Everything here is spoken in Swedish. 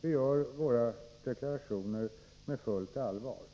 Vi gör våra deklarationer med fullt allvar.